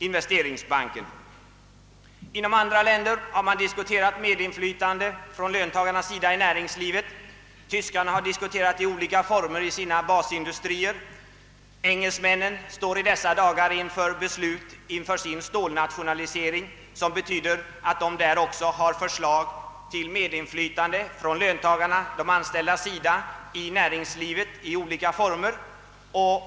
I andra länder har man diskuterat medinflytandet för löntagarna i näringslivet. Detta har diskuterats i olika former i Tyskland för deras basindustrier, och engelsmännen står i dessa dagar inför sådana beslut i samband med nationalisering av sin stålindustri. Det betyder med andra ord att förslag föreligger att löntagarna skall få medinflytande i olika former inom näringslivet.